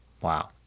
Wow